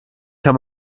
kann